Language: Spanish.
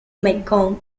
mekong